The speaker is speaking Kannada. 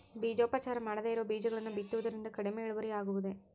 ಬೇಜೋಪಚಾರ ಮಾಡದೇ ಇರೋ ಬೇಜಗಳನ್ನು ಬಿತ್ತುವುದರಿಂದ ಇಳುವರಿ ಕಡಿಮೆ ಆಗುವುದೇ?